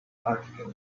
article